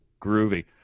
Groovy